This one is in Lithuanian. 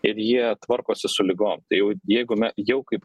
ir jie tvarkosi su ligom tai jau jeigu me jau kaip